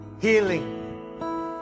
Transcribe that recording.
healing